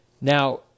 Now